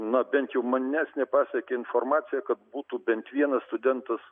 na bent jau manęs nepasiekė informacija kad būtų bent vienas studentas